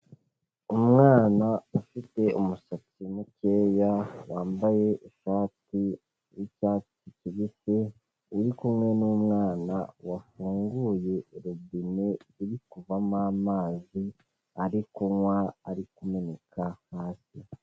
Umwana ufite umusatsi mukeya wambaye ishati y'icyatsi kibisi uri kumwe n'umwana wafunguye robine iri kuvamo amazi ari kunywa ari kumeneka hasi.